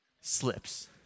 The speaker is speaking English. slips